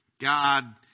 God